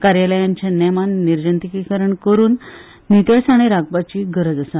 कार्यालयाचे नेमान निर्जूंतींकरण करून नितळसाण राखपाची गरज आसा